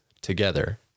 together